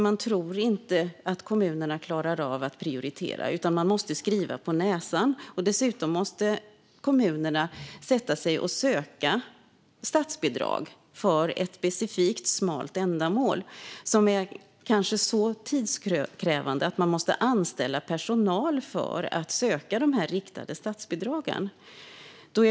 Man tror inte att kommunerna klarar av att prioritera, utan man måste skriva dem på näsan. Dessutom måste kommunerna sätta sig och söka statsbidrag för ett specifikt, smalt ändamål. Det är kanske så tidskrävande att kommunerna måste anställa personal för att söka dessa riktade statsbidrag.